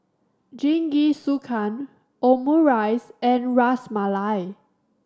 Jingisukan Omurice and Ras Malai